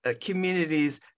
communities